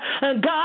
God